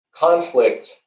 conflict